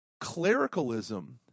clericalism